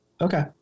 Okay